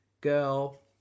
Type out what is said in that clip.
girl